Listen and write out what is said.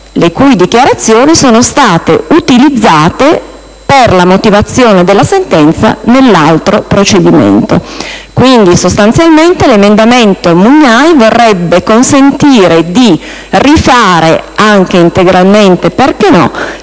le cui dichiarazioni sono state utilizzate per la motivazione della sentenza nell'altro procedimento. Quindi, l'emendamento Mugnai sostanzialmente vorrebbe consentire di rifare (anche integralmente, perché no?)